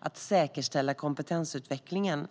Att säkerställa kompetensutveckling är en jätteviktig del.